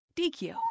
dq